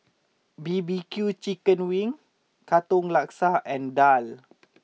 B B Q Chicken Wings Katong Laksa and Daal